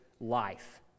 life